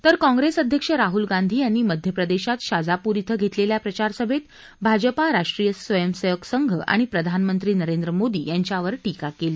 तर काँग्रेस अध्यक्ष राहुल गांधी यांनी मध्यप्रदेशात शाजापूर श्वे घेतलेल्या प्रचारसभेत भाजपा राष्ट्रीय स्वयंसेवक संघ आणि प्रधानमंत्री नरेंद्र मोदी यांच्यावर टीका केली